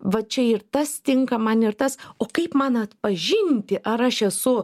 va čia ir tas tinka man ir tas o kaip man atpažinti ar aš esu